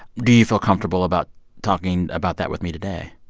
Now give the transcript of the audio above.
do you feel comfortable about talking about that with me today?